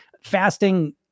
fasting